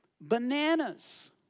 bananas